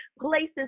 places